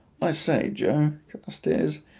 i say, joe carstairs,